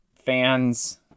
fans